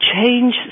change